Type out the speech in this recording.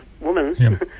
women